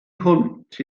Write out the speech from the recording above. hwnt